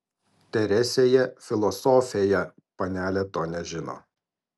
teresėje filosofėje panelė to nežino